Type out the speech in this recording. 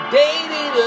daily